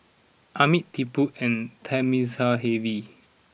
Amit Tipu and Thamizhavel